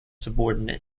subordinate